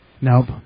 nope